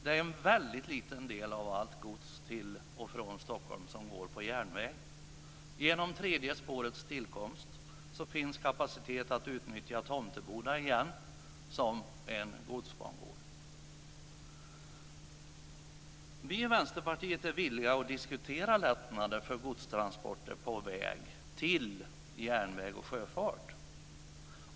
En väldigt liten del av allt gods till och från Stockholm går på järnväg. Genom tredje spårets tillkomst finns det återigen kapacitet att utnyttja Tomteboda som godsbangård. Vi i Vänsterpartiet är villiga att diskutera lättnader för att flytta godstransporter på väg till järnväg och sjöfart.